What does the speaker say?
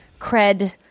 cred